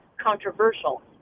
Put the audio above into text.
controversial